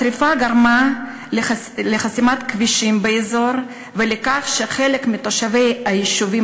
השרפה גרמה לחסימת כבישים באזור ולכך שחלק מתושבי היישובים